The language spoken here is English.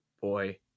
boy